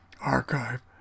archive